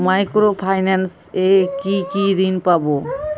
Micro finance এ কি কি ঋণ পাবো?